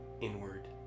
inward